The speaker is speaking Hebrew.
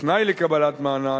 התנאי לקבלת מענק,